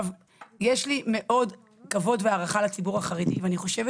יש לי מאוד כבוד והערכה לציבור החרדי ואני חושבת